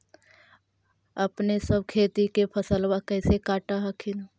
अपने सब खेती के फसलबा कैसे काट हखिन?